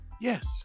yes